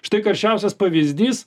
štai karščiausias pavyzdys